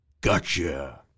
Gotcha